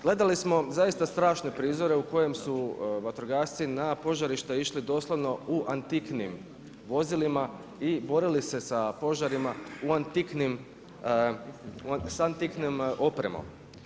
Gledali smo zaista strašne prizore u kojem su vatrogasci na požarišta išli doslovno u antiknim vozilima i borili se sa požarima u antiknim, sa antiknim opremom.